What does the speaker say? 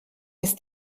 ist